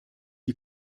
die